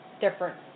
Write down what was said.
different